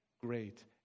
great